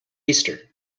easter